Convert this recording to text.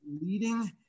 leading